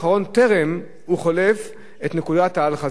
בטרם הוא עובר את נקודת ה"אל חזור".